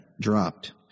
dropped